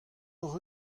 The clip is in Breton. hocʼh